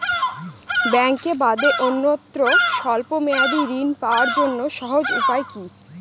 ব্যাঙ্কে বাদে অন্যত্র স্বল্প মেয়াদি ঋণ পাওয়ার জন্য সহজ উপায় কি?